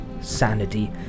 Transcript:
sanity